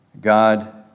God